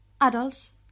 Adults